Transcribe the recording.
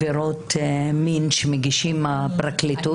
בעבירות מין שמגישה הפרקליטות.